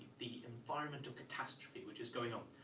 the environmental catastrophe which is going on.